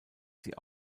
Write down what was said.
sie